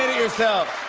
yourself.